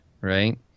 right